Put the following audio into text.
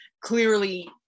clearly